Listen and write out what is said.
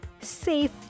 safe